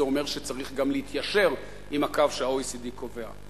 אומר שצריך גם להתיישר עם הקו שה-OECD קובע.